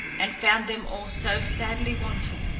and found them all so sadly wanting.